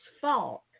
fault